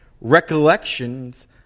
recollections